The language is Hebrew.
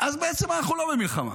אז בעצם אנחנו לא במלחמה.